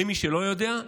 למי שלא יודע,